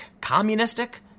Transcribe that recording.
communistic